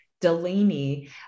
Delaney